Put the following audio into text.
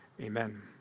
amen